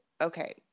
okay